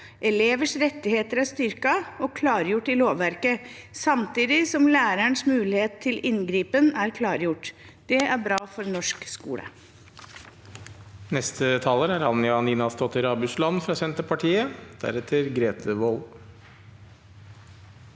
Elevers rettigheter er styrket og klargjort i lovverket, samtidig som lærerens muligheter til inngripen er klargjort. Det er bra for norsk skole.